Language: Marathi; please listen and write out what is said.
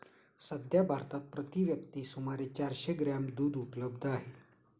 सध्या भारतात प्रति व्यक्ती सुमारे चारशे ग्रॅम दूध उपलब्ध आहे